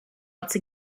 once